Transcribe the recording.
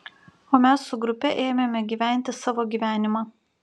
o mes su grupe ėmėme gyventi savo gyvenimą